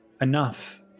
enough